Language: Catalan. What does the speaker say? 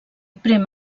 prémer